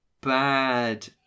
bad